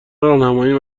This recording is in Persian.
راهنماییم